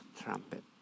trumpet